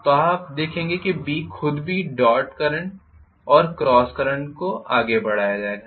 तो आप देखेंगे कि B खुद भी डॉट करंट और क्रॉस करंट को आगे बढ़ाएगा